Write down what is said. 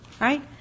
Right